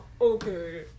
okay